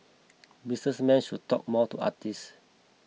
businessmen should talk more to artists